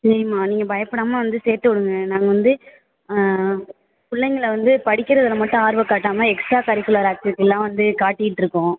சரிம்மா நீங்கள் பயப்படமா வந்து சேர்த்துவுடுங்க நாங்கள் வந்து பிள்ளைங்கள வந்து படிக்கிறதில் மட்டும் ஆர்வம் காட்டாமல் எக்ஸ்ட்டா கரிக்குலர் ஆக்டிவிட்டி எல்லாம் வந்து காட்டிகிட்டு இருக்கோம்